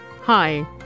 Hi